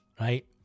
right